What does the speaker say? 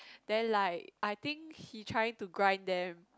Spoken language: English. then like I think he trying to grind them